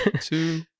two